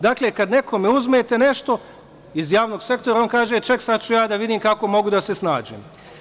Dakle, kad nekome uzmete nešto iz javnog sektora, on kaže – ček, sad ću ja da vidim kako mogu da se snađem.